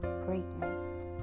greatness